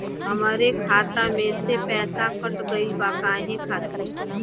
हमरे खाता में से पैसाकट गइल बा काहे खातिर?